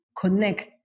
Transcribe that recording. connect